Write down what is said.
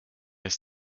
ist